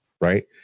Right